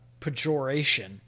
pejoration